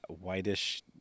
whitish